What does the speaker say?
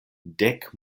dek